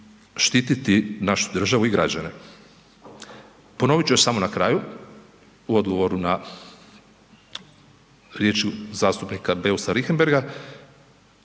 štititi našu državu i građane. Ponovit ću još samo na kraju u odgovoru na riječi zastupnika Beusa Richembergha,